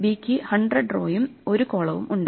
B ക്ക് 100 റോയും 1 കോളവും ഉണ്ട്